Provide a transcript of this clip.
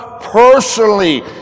personally